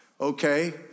okay